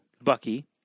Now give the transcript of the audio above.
Bucky